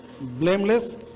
blameless